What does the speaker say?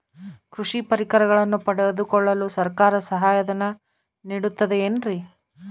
ಕೃಷಿ ಪರಿಕರಗಳನ್ನು ಪಡೆದುಕೊಳ್ಳಲು ಸರ್ಕಾರ ಸಹಾಯಧನ ನೇಡುತ್ತದೆ ಏನ್ರಿ?